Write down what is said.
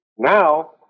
Now